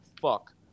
fuck